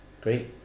great